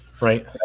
right